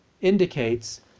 indicates